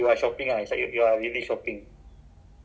I think no but